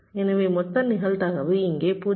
எனவே மொத்த நிகழ்தகவு இங்கே 0